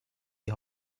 die